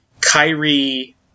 Kyrie